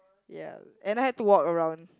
ya and I had to walk around